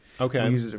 Okay